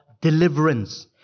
deliverance